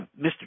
mr